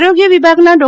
આરોગ્ય વિભાગના ડો